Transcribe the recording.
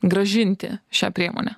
grąžinti šią priemonę